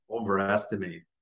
overestimate